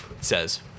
says